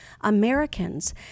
Americans